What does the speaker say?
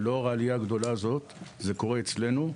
אבל לאור העלייה הגדולה הזו, זה קורה אצלנו.